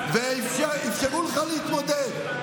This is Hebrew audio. ואפשרו לך להתמודד.